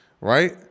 right